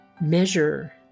measure